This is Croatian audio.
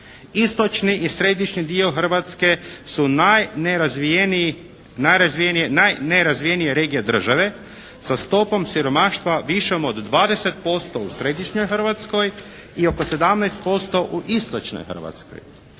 Istočni i središnji dio Hrvatske su najnerazvijenije regije države sa stopom siromaštva višom od 20% u središnjoj Hrvatskoj i oko 17% u istočnoj Hrvatskoj.